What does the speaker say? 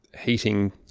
heating